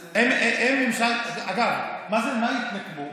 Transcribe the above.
אגב, מה יתנקמו?